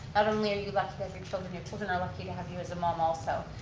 not only are you lucky to have your children, you're children are lucky to have you as a mom also.